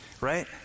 right